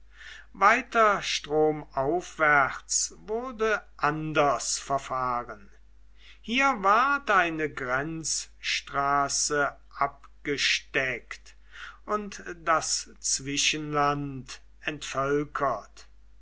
weiter stromaufwärts wurde anders verfahren hier ward eine grenzstraße abgesteckt und das zwischenland entvölkert